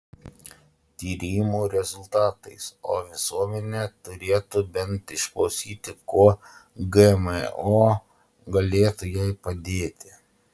tyrimų rezultatais o visuomenė turėtų bent išklausyti kuo gmo galėtų jai padėti